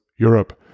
Europe